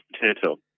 Potato